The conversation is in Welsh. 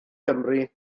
gymru